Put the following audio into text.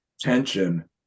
tension